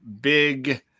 big